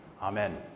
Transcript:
Amen